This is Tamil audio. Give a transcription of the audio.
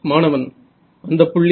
மாணவன் அந்தப் புள்ளி